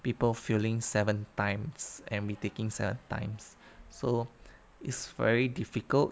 people failing seven times and retaking seven times so it's very difficult